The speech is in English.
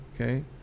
okay